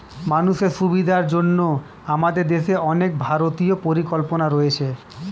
মানুষের সুবিধার জন্য আমাদের দেশে অনেক ভারতীয় পরিকল্পনা রয়েছে